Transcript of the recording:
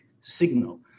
signal